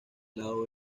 lado